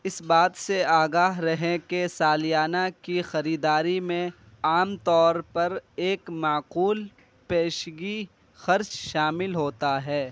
اس بات سے آگاہ رہیں کہ سالیانہ کی خریداری میں عام طور پر ایک معقول پیشگی خرچ شامل ہوتا ہے